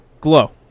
Glow